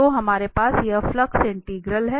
तो हमारे पास यह फ्लक्स इंटीग्रल है